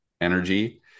energy